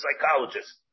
psychologist